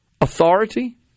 authority